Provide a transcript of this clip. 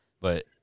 But-